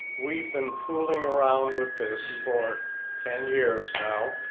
we've been fooling around with this for ten years now.